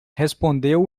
respondeu